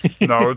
No